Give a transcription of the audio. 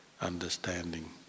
understanding